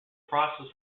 process